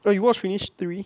like you watch finish three